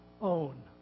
own